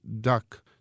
duck